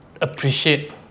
appreciate